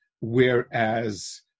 whereas